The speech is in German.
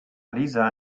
lisa